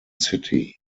city